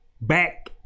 back